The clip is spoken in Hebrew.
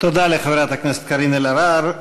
תודה רבה לחברת הכנסת קארין אלהרר.